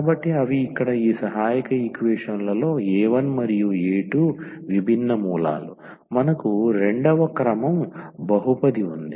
కాబట్టి అవి ఇక్కడ ఈ సహాయక ఈక్వేషన్ లలో a1 మరియు a2 విభిన్న మూలాలు మనకు రెండవ క్రమం బహుపది ఉంది